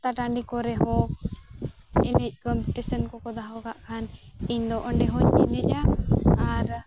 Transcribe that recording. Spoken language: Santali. ᱟᱨ ᱯᱟᱛᱟ ᱴᱟᱺᱰᱤ ᱠᱚᱨᱮᱦᱚᱸ ᱮᱱᱮᱡ ᱠᱚᱢᱯᱤᱴᱤᱥᱚᱱ ᱠᱚᱠᱚ ᱫᱚᱦᱚᱠᱟᱜ ᱠᱷᱟᱱ ᱤᱧᱫᱚ ᱚᱸᱰᱮᱦᱚᱧ ᱮᱱᱮᱡᱟ ᱟᱨ